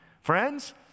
Friends